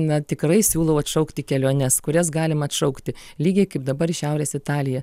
na tikrai siūlau atšaukti keliones kurias galima atšaukti lygiai kaip dabar šiaurės italija